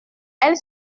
elle